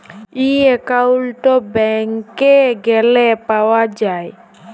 ই account ব্যাংকে গ্যালে পাউয়া যায়